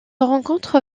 rencontre